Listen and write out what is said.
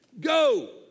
Go